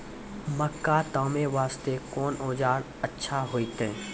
मक्का तामे वास्ते कोंन औजार अच्छा होइतै?